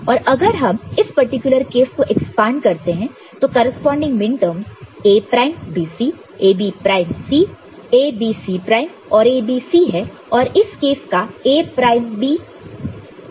और अगर हम इस पर्टिकुलर केस को एक्सपांड करते हैं तो corresponding minterms A prime B C A B prime C A B C prime और A B C है और इस केस का A प्राइम B और AB प्राइम है